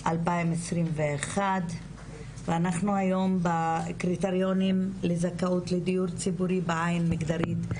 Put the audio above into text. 2021. ואנחנו היום בקריטריונים לזכאות לדיור ציבורי בעין מגדרית,